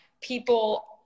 People